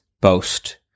boast